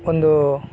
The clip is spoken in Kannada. ಒಂದು